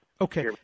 Okay